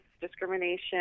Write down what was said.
discrimination